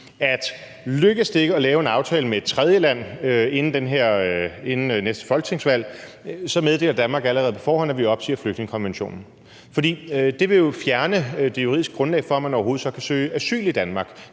at lykkes det ikke at lave en aftale med et tredjeland inden næste folketingsvalg, så meddeler Danmark allerede på forhånd, at vi opsiger flygtningekonventionen? Det vil jo fjerne det juridiske grundlag for, at man overhovedet så kan søge asyl i Danmark.